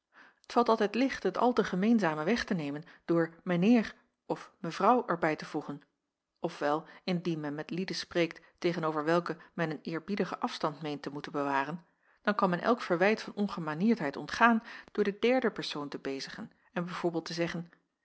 altijd licht het al te gemeenzame weg te nemen door mijn heer of mevrouw er bij te voegen of wel indien men met lieden spreekt tegen-over welke men een eerbiedigen afstand meent te moeten bewaren dan kan men elk verwijt van ongemanierdheid ontgaan door de derde persoon te bezigen en b v te zeggen